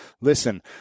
Listen